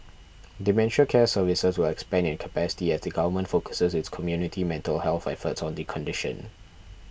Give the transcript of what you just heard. dementia care services will expand in capacity as the Government focuses its community mental health efforts on the condition